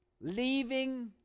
leaving